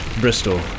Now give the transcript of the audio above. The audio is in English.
Bristol